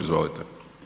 Izvolite.